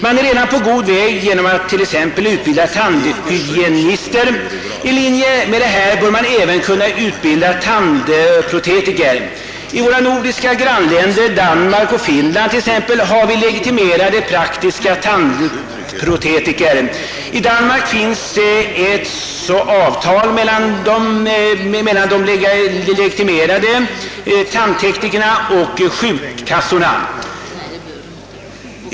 Man är redan på god väg genom att utbilda tandhygienister. I linje med detta bör man även kunna utbilda tandprotetiker. I våra nordiska grannländer Danmark och Finland har man legitimerade praktiska tandprotetiker. I Danmark finns ett avtal mellan de legitimerade tandteknikerna och sjukkassorna.